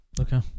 Okay